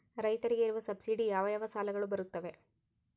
ರೈತರಿಗೆ ಇರುವ ಸಬ್ಸಿಡಿ ಯಾವ ಯಾವ ಸಾಲಗಳು ಬರುತ್ತವೆ?